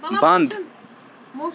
بنٛد